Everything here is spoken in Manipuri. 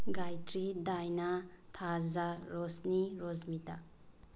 ꯒꯥꯏꯇ꯭ꯔꯤ ꯗꯥꯏꯅꯥ ꯊꯥꯖ ꯔꯣꯁꯤꯅꯤ ꯔꯣꯖꯃꯤꯇꯥ